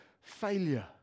failure